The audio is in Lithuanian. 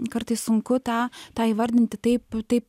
kartais sunku tą tą įvardinti taip taip